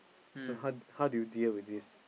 so how how do you deal with this